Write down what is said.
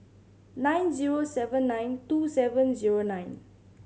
nine zero seven nine two seven zero nine